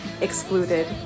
excluded